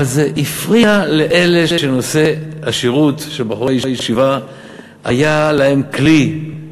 אבל זה הפריע לאלה שנושא השירות של בחורי הישיבה היה להם כלי,